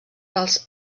dels